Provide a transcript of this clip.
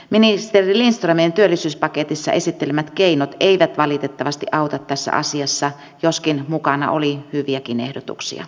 ministeri lindströmin työllisyyspaketissa esittelemät keinot eivät valitettavasti auta tässä asiassa joskin mukana oli hyviäkin ehdotuksia